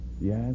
Yes